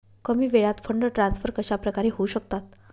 कमी वेळात fund transfer कशाप्रकारे होऊ शकतात?